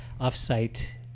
off-site